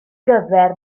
gyfer